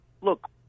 Look